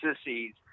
Sissies